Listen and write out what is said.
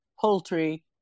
poultry